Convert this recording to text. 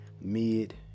mid